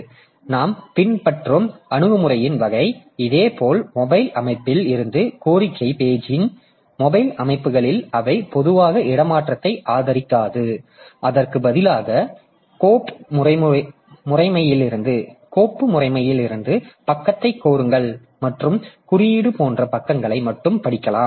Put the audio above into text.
எனவே நாம் பின்பற்றும் அணுகுமுறையின் வகை இதேபோல் மொபைல் அமைப்பில் இந்த கோரிக்கை பேஜிங் மொபைல் அமைப்புகளில் அவை பொதுவாக இடமாற்றத்தை ஆதரிக்காது அதற்கு பதிலாக கோப்பு முறைமையிலிருந்து பக்கத்தை கோருங்கள் மற்றும் குறியீடு போன்ற பக்கங்களை மட்டுமே படிக்கலாம்